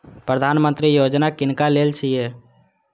प्रधानमंत्री यौजना किनका लेल छिए?